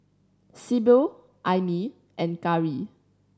Sibyl Aimee and Cari